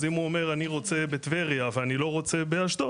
אז אם הוא אומר אני רוצה בטבריה ואני לא רוצה באשדוד,